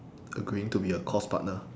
agreeing to be her course partner